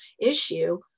issue